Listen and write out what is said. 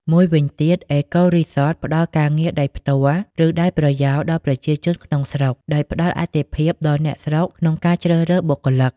មួយវិញទៀត អេកូរីសត ផ្តល់ការងារដោយផ្ទាល់ ឬដោយប្រយោលដល់ប្រជាជនក្នុងស្រុក ដោយផ្តល់អាទិភាពដល់អ្នកស្រុកក្នុងការជ្រើសរើសបុគ្គលិក។